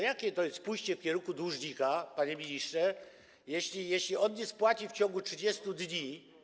Jakie to jest pójście w kierunku dłużnika, panie ministrze, jeśli on nie spłaci w ciągu 30 dni?